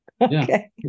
Okay